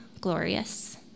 glorious